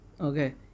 Okay